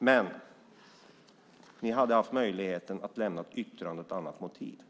Men ni hade haft möjlighet att lämna ett yttrande och ett annat motiv.